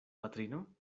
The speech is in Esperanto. patrino